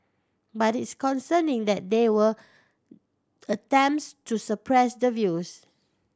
but it's concerning that there were attempts to suppress the views